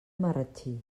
marratxí